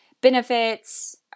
benefits